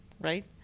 right